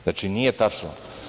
Znači, nije tačno.